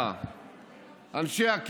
מכובדיי,